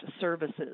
services